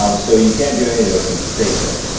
um so you can't do any of those things safely.